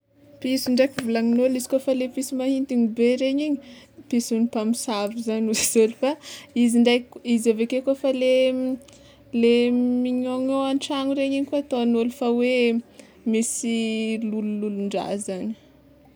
Piso ndraiky volanin'olo izy kôfa le piso maintiny be reny iny pison'ny mpamosavy zany hoy izy olo fa izy izy aveke koa fa le le mignaognao an-tragno regny koa ataon'olo fa hoe misy lolololon-draha zany.